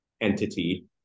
entity